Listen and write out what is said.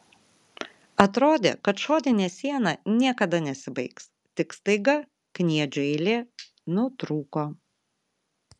atrodė kad šoninė siena niekada nesibaigs tik staiga kniedžių eilė nutrūko